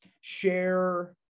share